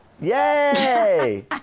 Yay